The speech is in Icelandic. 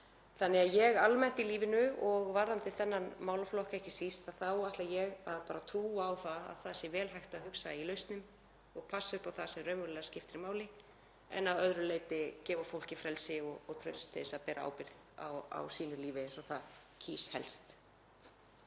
Ég ætla almennt í lífinu, varðandi þennan málaflokk ekki síst, að trúa á það að vel sé hægt að hugsa í lausnum og passa upp á það sem raunverulega skiptir máli. En að öðru leyti vil ég gefa fólki frelsi og traust til þess að bera ábyrgð á sínu lífi eins og það kýs helst.